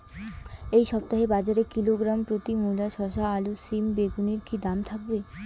এই সপ্তাহে বাজারে কিলোগ্রাম প্রতি মূলা শসা আলু সিম বেগুনের কী দাম থাকবে?